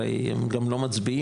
הרי הם גם לא מצביעים,